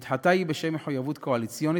היא נדחתה בשם מחויבות קואליציונית,